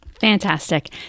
Fantastic